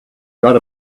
got